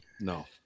No